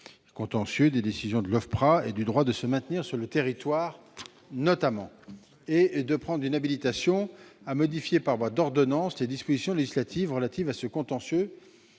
contentieux des décisions de l'OFPRA et du droit de se maintenir sur le territoire. Il propose au même moment de l'habiliter à modifier par voie d'ordonnance les dispositions législatives relatives à ce contentieux